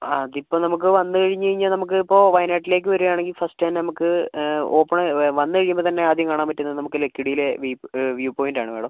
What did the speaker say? അതിപ്പോൾ നമുക്ക് വന്നുകഴിഞ്ഞ് കഴിഞ്ഞാൽ നമുക്ക് ഇപ്പോൾ വയനാട്ടിലേക്ക് വരുവാണെങ്കിൽ ഫസ്റ്റ് തന്നെ നമുക്ക് ഓപ്പൺ വന്ന് കഴിയുമ്പോൾ തന്നെ ആദ്യം കാണാൻ പറ്റുന്നത് നമുക്ക് ലക്കിടിയിലെ വ്യൂ വ്യൂ പോയിന്റ് ആണ് മാഡം